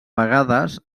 vegades